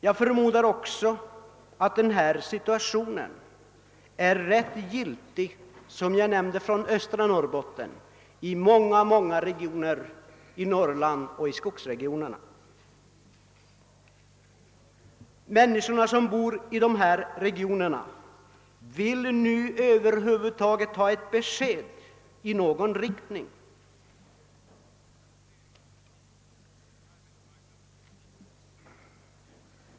Jag förmodar att samma situation som förekommer i östra Norrbotten existerar inom många regioner i Norrland och i skogsregionerna över huvud taget. De människor som bor i dessa regioner önskar ett besked, av vilket slag det än blir.